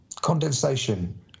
condensation